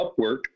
Upwork